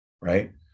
right